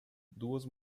duas